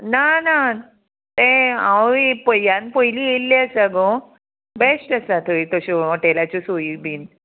ना ना तें हांवय पय आतां पयलीं येयल्लें आसा गो बेश्ट आसा थंय तश्यो हॉटेलाच्यो सोयी बीन